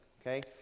okay